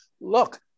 look